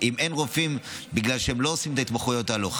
אין רופאים בגלל שהם לא עושים את ההתמחויות האלו,